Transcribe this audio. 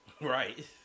Right